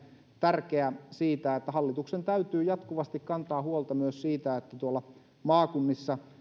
tärkeä tämä edustaja satosen puheenvuoro että hallituksen täytyy jatkuvasti kantaa huolta myös siitä että maakunnissa